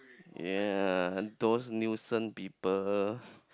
ya those nuisance people